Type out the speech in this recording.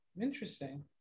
Interesting